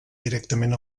directament